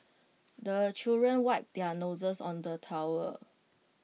the children wipe their noses on the towel